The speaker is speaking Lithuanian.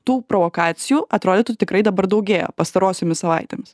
tų provokacijų atrodytų tikrai dabar daugėja pastarosiomis savaitėmis